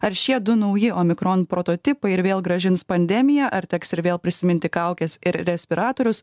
ar šie du nauji omikron prototipai ir vėl grąžins pandemiją ar teks ir vėl prisiminti kaukes ir respiratorius